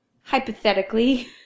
hypothetically